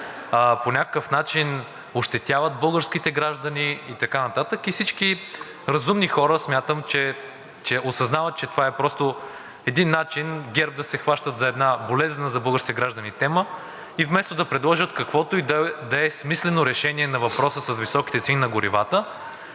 по някакъв начин ощетяват българските граждани, и така нататък. Всички разумни хора смятам, че осъзнават, че това е просто един начин ГЕРБ да се хващат за една болезнена за българските граждани тема, вместо да предложат каквото и да е смислено решение на въпроса с високите цени на горивата.